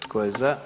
Tko je za?